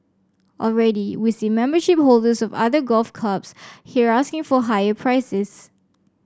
already we see membership holders of other golf clubs here asking for higher prices